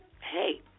hey